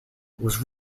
was